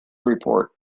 report